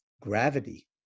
gravity